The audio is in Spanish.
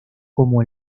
como